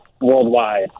worldwide